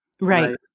right